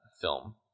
film